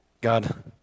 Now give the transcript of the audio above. God